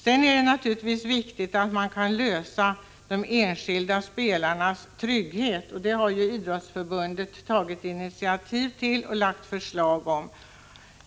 Det är naturligtvis också viktigt att ordna de enskilda spelarnas trygghet, och Riksidrottsförbundet har ju härvidlag tagit ett initiativ och lagt fram förslag.